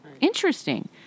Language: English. Interesting